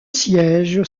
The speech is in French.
siège